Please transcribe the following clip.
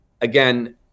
Again